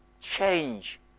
change